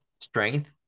strength